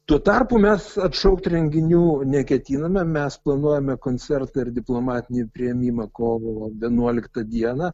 tuo tarpu mes atšaukt renginių neketiname mes planuojame koncertą ir diplomatinį priėmimą kovo vienuoliktą dieną